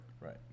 right